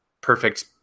perfect